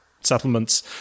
settlements